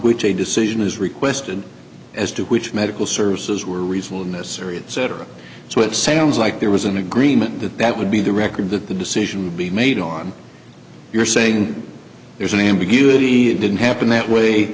which a decision is requested as to which medical services were reasonable and necessary cetera so it sounds like there was an agreement that that would be the record that the decision would be made on you're saying there's an ambiguity that didn't happen that way